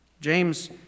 James